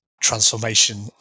transformation